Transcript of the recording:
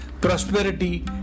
prosperity